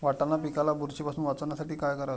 वाटाणा पिकाला बुरशीपासून वाचवण्यासाठी काय करावे?